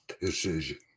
decision